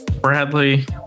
Bradley